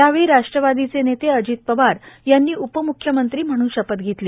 यावेळी राष्ट्रवादीचे नेते अजित पवार यांनी उपम्ख्यमंत्री म्हणून शपथ घेतली